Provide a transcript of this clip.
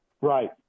Right